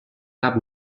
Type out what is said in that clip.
cap